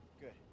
Good